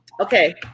Okay